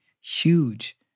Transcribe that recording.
huge